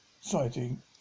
sighting